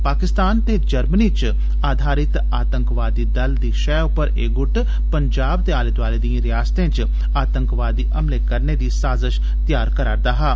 पाकिस्तान ते जर्मनी च आघारित आतंकवादी दल दी शैह् पर एह् गुट पंजाब ते आले दुआले दिए रिआसतें च आतंकवादी हमले करने दी साजश तैआर करा'रदा हा